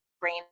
brain